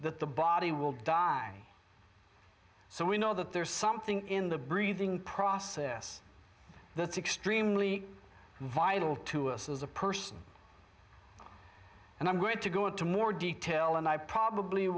that the body will die so we know that there's something in the breathing process that's extremely vital to us as a person and i'm going to go into more detail and i probably